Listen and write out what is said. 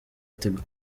tigo